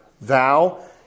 thou